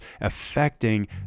affecting